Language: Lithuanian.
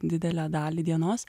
didelę dalį dienos